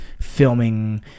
filming